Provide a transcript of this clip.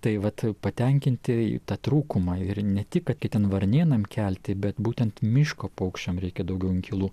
tai vat patenkinti tą trūkumą ir ne tik kad gi ten varnėnam kelti bet būtent miško paukščiam reikia daugiau inkilų